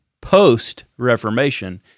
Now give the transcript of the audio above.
post-Reformation